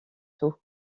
tôt